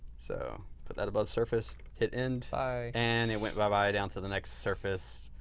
so, put that above surface hit end and it went bye bye down to the next surface,